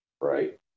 Right